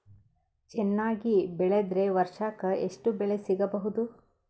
ಚೆನ್ನಾಗಿ ಬೆಳೆದ್ರೆ ವರ್ಷಕ ಎಷ್ಟು ಬೆಳೆ ಸಿಗಬಹುದು?